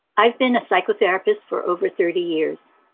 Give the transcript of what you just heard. i have been a psychotherapist for over thirty years.